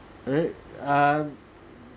alright uh